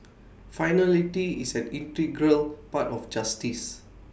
finality is an integral part of justice